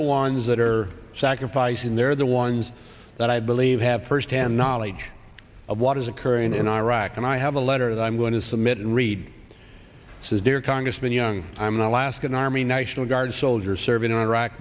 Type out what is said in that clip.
the ones that are sacrificing they're the ones that i believe have first hand knowledge of what is occurring in iraq and i have a letter that i'm going to submit and read it says dear congressman young i'm the last in army national guard soldier serving in iraq